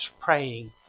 praying